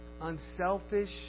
Unselfish